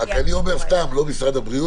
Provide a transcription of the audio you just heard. אני אומר לא למשרד הבריאות,